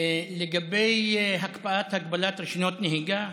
לגבי הקפאת הגבלת רישיונות נהיגה,